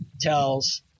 tells